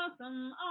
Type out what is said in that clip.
awesome